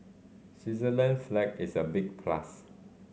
Switzerland flag is a big plus